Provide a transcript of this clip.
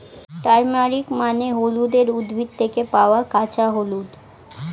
turmeric মানে হলুদের উদ্ভিদ থেকে পাওয়া কাঁচা হলুদ